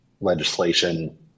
legislation